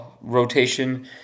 rotation